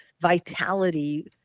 vitality